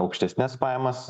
aukštesnes pajamas